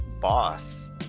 boss